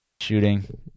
shooting